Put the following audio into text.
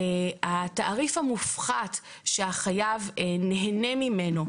התעריף המופחת שהחייב נהנה ממנו,